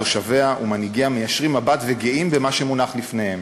תושביה ומנהיגיה מישירים מבט וגאים במה שמונח לפניהם?